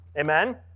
Amen